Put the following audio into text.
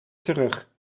terug